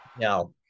No